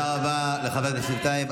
תודה רבה לחבר הכנסת טייב.